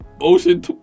Ocean